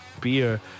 beer